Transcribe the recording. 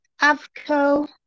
Avco